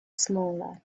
smaller